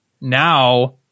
now